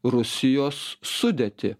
rusijos sudėtį